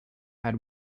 had